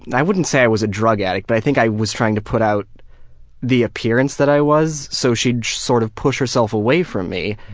and i wouldn't say i was a drug addict, but i think i was trying to put out the appearance that i was so she'd sort of push herself away from me.